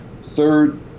Third